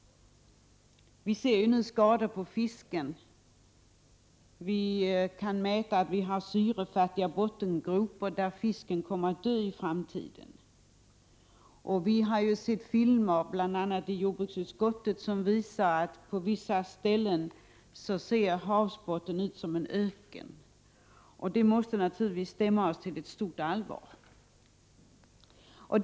Vi kan nu se skador på fisken, och vi kan mäta att vi har syrefattiga bottengropar, där fisken kommer att dö i framtiden. I 89 bl.a. jordbruksutskottet har vi sett filmer som visar att havsbotten på vissa ställen ser ut som en öken. Detta måste naturligtvis stämma oss till stort allvar.